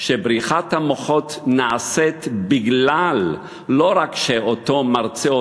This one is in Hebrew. שבריחת המוחות נעשית כי לא רק שאותו מרצה,